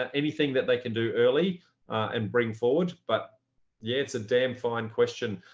anything that they can do early and bring forward but yeah, it's a damn fine question.